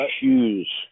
shoes